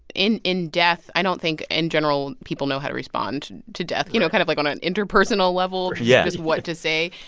in in death i don't think, in general, people know how to respond to death, you know, kind of like on an interpersonal level. yeah. just what to say.